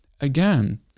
Again